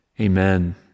Amen